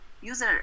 user